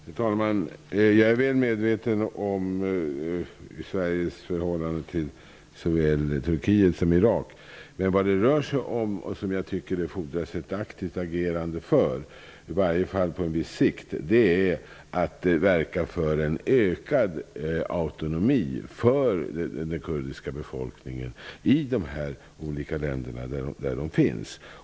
Herr talman! Jag är väl medveten om Sveriges förhållande till såväl Turkiet som Irak. Men vad det rör sig om och som jag tycker fordrar ett aktivt agerande, i varje fall på sikt, är att verka för en ökad autonomi för den kurdiska befolkningen i de olika länder där den finns.